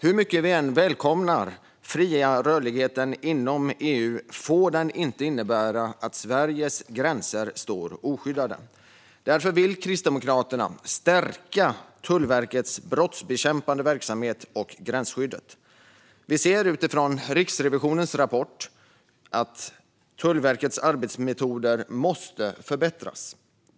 Hur mycket vi än välkomnar den fria rörligheten inom EU får den inte innebära att Sveriges gränser står oskyddade. Därför vill Kristdemokraterna stärka Tullverkets brottsbekämpande verksamhet och gränsskyddet. Vi ser utifrån Riksrevisionens rapport att Tullverkets arbetsmetoder måste förbättras.